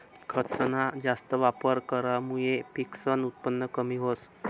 खतसना जास्त वापर करामुये पिकसनं उत्पन कमी व्हस